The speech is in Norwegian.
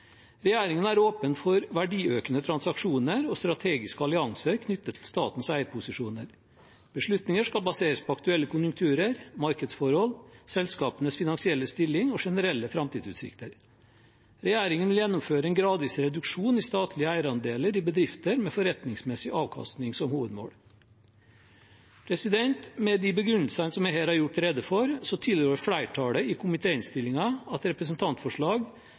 Regjeringen er åpen for verdiøkende transaksjoner og strategiske allianser knyttet til statens eierposisjoner. Beslutninger skal baseres på aktuelle konjunkturer, markedsforhold, selskapenes finansielle stilling og generelle fremtidsutsikter.» Og videre heter det at regjeringen vil «gjennomføre en gradvis reduksjon i statlige eierandeler i bedrifter med forretningsmessig avkastning som hovedmål». Med de begrunnelsene som jeg her har gjort rede for, tilrår flertallet i komitéinnstillingen at